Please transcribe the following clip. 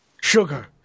Sugar